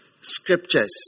scriptures